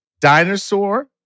dinosaur